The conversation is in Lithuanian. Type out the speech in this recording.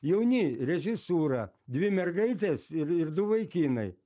jauni režisūra dvi mergaitės ir ir du vaikinai